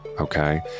okay